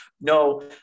no